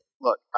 Look